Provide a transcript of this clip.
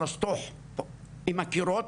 עם הקירות,